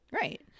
Right